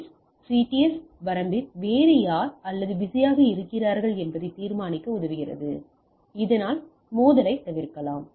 எஸ்RTS CDS வரம்பில் வேறு யார் அல்லது பிஸியாக இருக்கிறார்கள் என்பதை தீர்மானிக்க உதவுகிறது இதனால் மோதலைத் தவிர்க்கலாம்